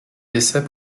décès